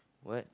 what